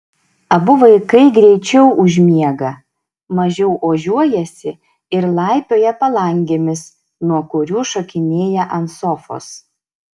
abu vaikai greičiau užmiega mažiau ožiuojasi ir laipioja palangėmis nuo kurių šokinėja ant sofos